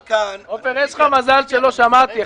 יש לך מזל שלא שמעתי.